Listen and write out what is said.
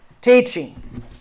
Teaching